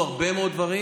עשו הרבה מאוד דברים.